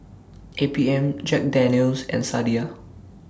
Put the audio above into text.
A P M Jack Daniel's and Sadia